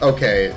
Okay